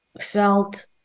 felt